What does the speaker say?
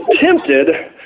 tempted